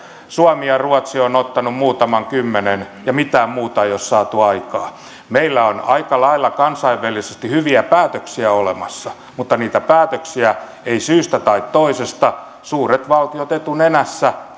suomi ja ruotsi ovat ottaneet muutaman kymmenen ja mitään muuta ei ole saatu aikaan meillä on aika lailla kansainvälisesti hyviä päätöksiä olemassa mutta niitä päätöksiä eivät syystä tai toisesta suuret valtiot etunenässä